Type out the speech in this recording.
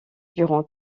durant